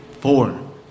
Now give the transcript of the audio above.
four